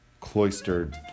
cloistered